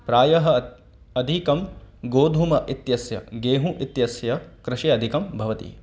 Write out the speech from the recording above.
प्रायः अधिकं गोधूमः इत्यस्य गेहू इत्यस्य कृषिः अधिकं भवति